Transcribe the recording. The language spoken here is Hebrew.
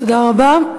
תודה רבה.